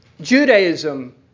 Judaism